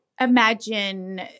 imagine